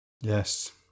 Yes